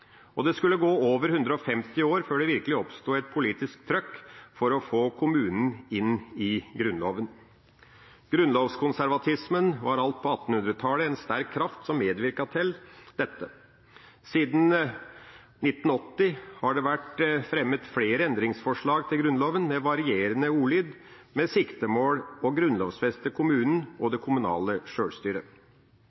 Og det skulle gå over 150 år før det virkelig oppsto et politisk trykk for å få kommunen inn i Grunnloven. Grunnlovskonservatismen var alt på 1800-tallet en sterk kraft som medvirket til dette. Siden 1980 har det vært fremmet flere endringsforslag til Grunnloven – med varierende ordlyd – med det siktemål å grunnlovfeste kommunen og